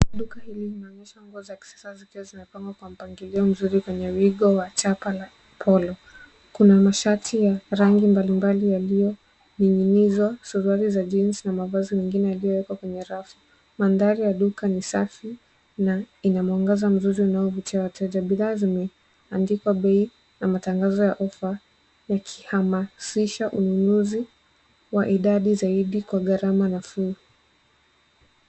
Duka hili linaonyesha nguo za kisasa zikiwa zimepangwa kwa mpangilio mzuri venye wigo wa chapa na polo ,kuna mashati ya rangi mbalimbali yaliyo ning'inizwa ,suruali za jeans na mavazi mengine yaliyowekwa kwenye rafu mandhari ya duka ni safi na ina mwangaza mzuri unaovutia wateja bidhaa zimeandikwa bei na matangazo ya offer ikihamasisha ununuzi wa idadi zaidi kwa gharama nafuu